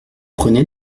prenez